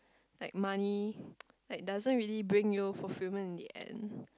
like money like doesn't really bring you fulfilment in the end